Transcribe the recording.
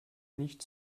nicht